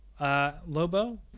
Lobo